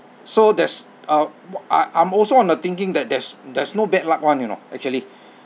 so that's uh I I'm also on the thinking that there's there's no bad luck one you know actually